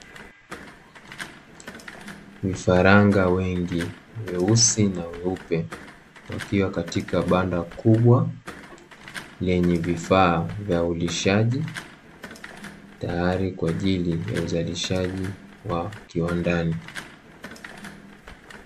Vifaranga wengi weusi na weupe, wakiwa katika banda kubwa lenye vifaa vya ulishaji, tayari kwa ajili ya uzalishaji wa kiwandani.